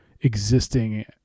existing